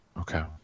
Okay